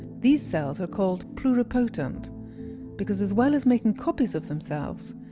these cells are called pluripotent because as well as making copies of themselves,